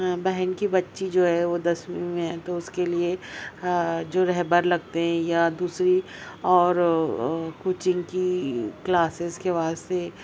بہن کی بچی جو ہے وہ دسویں میں ہے تو اس کے لیے جو رہبر لگتے ہیں یا دوسری اور کچھ ان کی کلاسز کے واسطے